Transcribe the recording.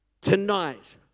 tonight